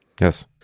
Yes